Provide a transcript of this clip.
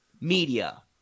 media